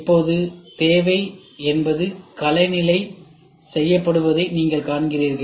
இப்போது தேவை என்பது கலை நிலை செய்யப்படுவதை நீங்கள் காண்கிறீர்கள்